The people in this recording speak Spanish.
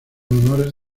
honores